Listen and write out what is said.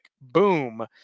Boom